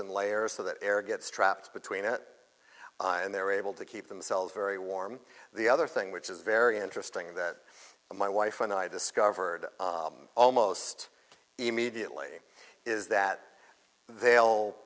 in layers so that air gets trapped between it and they're able to keep themselves very warm the other thing which is very interesting that my wife and i discovered almost immediately is that